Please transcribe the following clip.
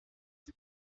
que